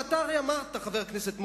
ואתה הרי אמרת, חבר הכנסת מוזס,